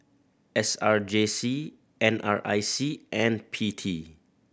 S R J C N R I C and P T